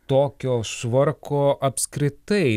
tokio švarko apskritai